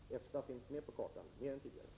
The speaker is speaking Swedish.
EFTA finns nu med på kartan mer än tidigare.